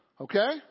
Okay